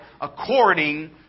according